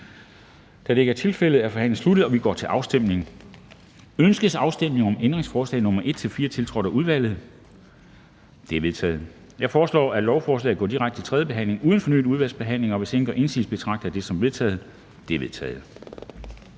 Kl. 10:40 Afstemning Formanden (Henrik Dam Kristensen): Ønskes afstemning om ændringsforslag nr. 1-6, tiltrådt af udvalget? De er vedtaget. Jeg foreslår, at lovforslaget går direkte til tredje behandling uden fornyet udvalgsbehandling. Hvis ingen gør indsigelse, betragter jeg det som vedtaget. Det er vedtaget.